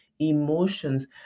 emotions